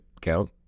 count